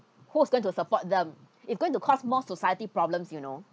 who's going to support them it's going to cost more society problems you know